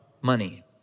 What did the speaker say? money